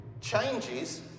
changes